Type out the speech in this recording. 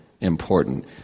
important